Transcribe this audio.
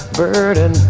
burden